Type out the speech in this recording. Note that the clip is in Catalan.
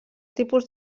tipus